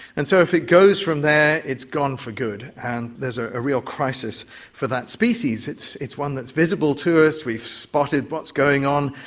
and so if it goes from there it's gone for good and there's a real crisis for that species. it's it's one that's visible to us, we've spotted what's going on,